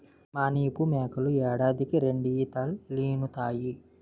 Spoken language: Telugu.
మానిపు మేకలు ఏడాదికి రెండీతలీనుతాయి